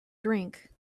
drink